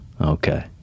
okay